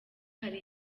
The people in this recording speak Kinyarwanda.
hari